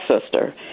sister